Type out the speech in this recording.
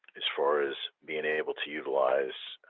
as far as being able to utilize,